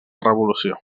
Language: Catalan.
revolució